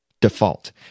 default